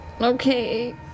Okay